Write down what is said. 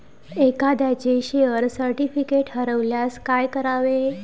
एखाद्याचे share certificate हरवल्यास काय करावे?